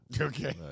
Okay